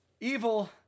Evil